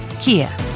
Kia